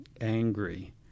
angry